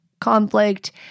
conflict